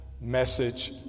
message